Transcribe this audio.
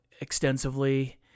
extensively